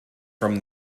from